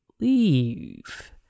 leave